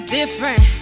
different